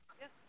Yes